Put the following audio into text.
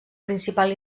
principal